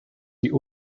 die